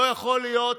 לא יכול להיות